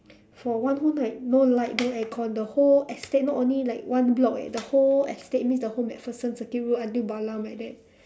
for one whole night no light no air con the whole estate not only like one block eh the whole estate means the whole macpherson circuit road until balam like that